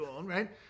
right